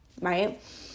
right